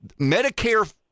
Medicare